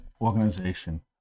organization